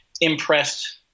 impressed